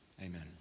Amen